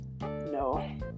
No